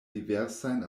diversajn